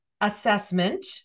assessment